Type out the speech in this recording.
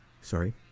sorry